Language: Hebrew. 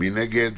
מי נגד?